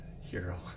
Hero